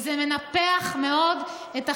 וזה מנפח מאוד את החקיקה.